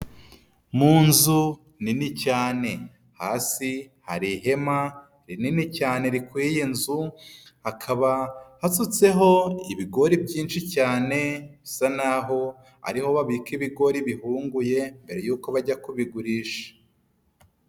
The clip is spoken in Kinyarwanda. Mu nzu nini cyane hasi hari ihema rinini cyane rikwiye inzu hakaba hasutseho ibigori byinshi cyane bisa naho ariho babika ibigori bihunguye mbere yuko bajya kubigurisha.